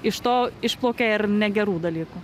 iš to išplaukia ir negerų dalykų